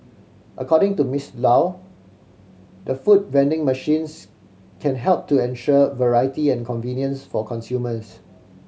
according to Miss Low the food vending machines can help to ensure variety and convenience for consumers